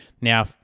Now